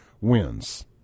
wins